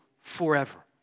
forever